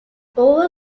over